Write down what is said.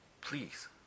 Please